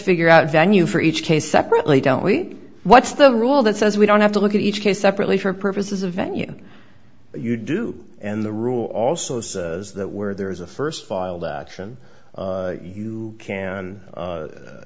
figure out a venue for each case separately don't we what's the rule that says we don't have to look at each case separately for purposes of venue you do and the rule also is that where there is a first filed action you can